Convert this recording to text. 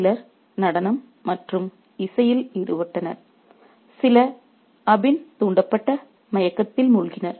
சிலர் நடனம் மற்றும் இசையில் ஈடுபட்டனர் சில அபின் தூண்டப்பட்ட மயக்கத்தில் மூழ்கினர்